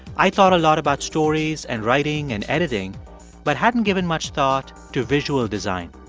i thought a lot about stories and writing and editing but hadn't given much thought to visual design.